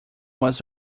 was